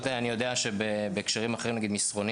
אני יודע פשוט מהקשרים אחרים שמסרונים